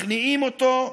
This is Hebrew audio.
מכניעים אותו,